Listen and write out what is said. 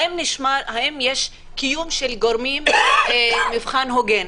האם יש קיום של גורמים למבחן הוגן.